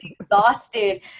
exhausted